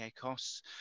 costs